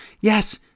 Yes